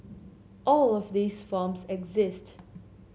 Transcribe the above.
all of these forms exist